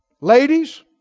Ladies